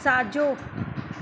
साॼो